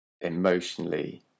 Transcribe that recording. emotionally